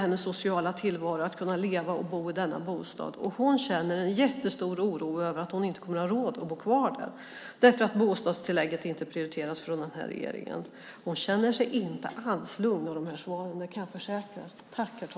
Hennes sociala tillvaro bygger på att kunna leva och bo i den bostaden, och hon känner en stor oro för att hon inte kommer att ha råd att bo kvar där eftersom bostadstillägget inte prioriteras av den nuvarande regeringen. Hon känner sig inte alls lugn av dessa svar, det kan jag försäkra.